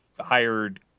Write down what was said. hired